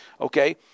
okay